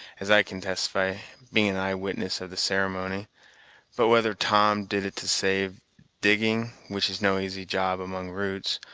as i can testify, being an eye-witness of the ceremony but whether tom did it to save digging, which is no easy job among roots,